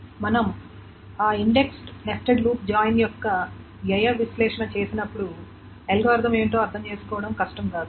మనం ఆ indexed nested loop join యొక్క వ్యయ విశ్లేషణ చేసినప్పుడు అల్గోరిథం ఏమిటో అర్థం చేసుకోవడం చాలా కష్టం కాదు